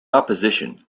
opposition